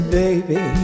baby